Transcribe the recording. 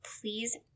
please